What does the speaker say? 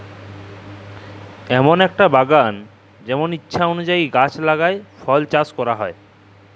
এমল একটা বাগাল জেমল ইছা অলুযায়ী গাহাচ লাগাই ফল চাস ক্যরা হউক